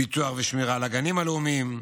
פיתוח ושמירה על הגנים הלאומיים,